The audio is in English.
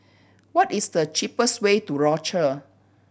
what is the cheapest way to Rochor